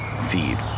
feed